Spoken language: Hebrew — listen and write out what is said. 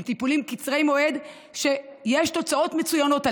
טיפולים קצרי מועד שיש להם תוצאות מצוינות.